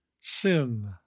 sin